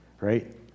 right